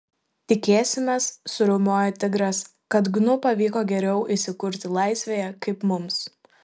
tikėsimės suriaumojo tigras kad gnu pavyko geriau įsikurti laisvėje kaip mums